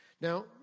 Now